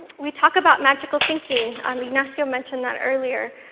we talk about magical thinking, um ignacio mentioned that earlier.